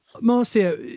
Marcia